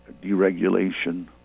deregulation